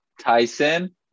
tyson